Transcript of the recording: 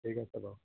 ঠিক আছে বাৰু